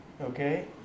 Okay